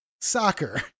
soccer